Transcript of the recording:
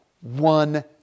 one